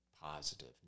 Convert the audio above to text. positive